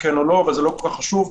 אבל זה לא כל כך חשוב.